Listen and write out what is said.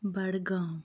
Budgam